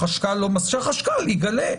שהחשכ"ל יגלה.